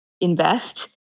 invest